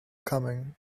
coming